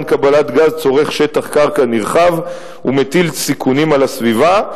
קבלת גז צורך שטח קרקע נרחב ומטיל סיכונים על הסביבה.